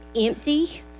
empty